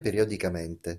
periodicamente